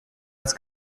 als